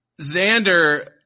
Xander